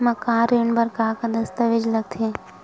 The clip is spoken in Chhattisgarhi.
मकान ऋण बर का का दस्तावेज लगथे?